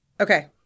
Okay